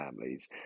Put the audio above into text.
families